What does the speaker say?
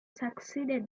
succeeded